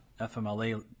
FMLA